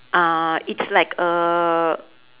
uh it's like a